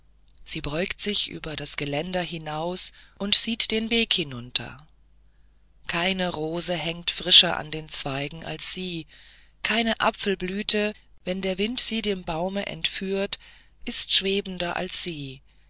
sie beugt sich über das geländer hinaus und sieht den weg hinunter keine rose hängt frischer an den zweigen als sie keine apfelblüte wenn der wind sie dem baume entführt ist schwebender als sie